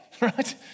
right